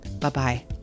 bye-bye